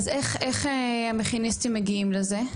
אז איך תלמידי המכינות מגיעים לזה?